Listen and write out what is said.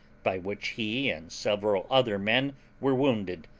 by which he and several other men were wounded,